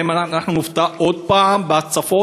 האם שוב נופתע בהצפות?